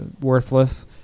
worthless